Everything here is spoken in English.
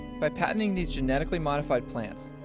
by patenting these genetically modified plants,